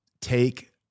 take